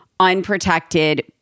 unprotected